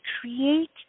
create